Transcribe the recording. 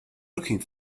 looking